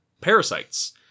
parasites